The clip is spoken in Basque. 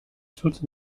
zuntz